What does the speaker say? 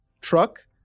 truck